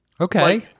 Okay